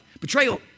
Betrayal